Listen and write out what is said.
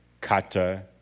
kata